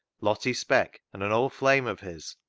lottie speck and an old flame of his,